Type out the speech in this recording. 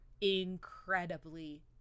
incredibly